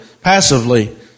passively